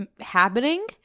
happening